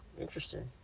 Interesting